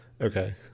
Okay